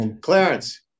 Clarence